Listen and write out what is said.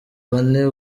bane